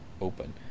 open